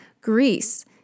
Greece